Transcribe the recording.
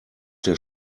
der